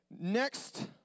Next